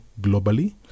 globally